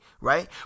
Right